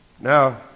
Now